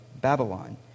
Babylon